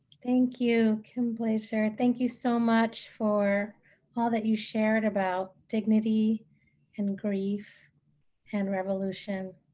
thank you, kim blaeser, thank you so much for all that you shared about dignity and grief and revolution.